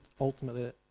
Ultimately